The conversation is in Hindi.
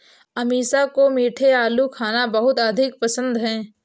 अमीषा को मीठे आलू खाना बहुत अधिक पसंद है